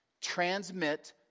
transmit